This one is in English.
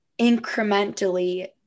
incrementally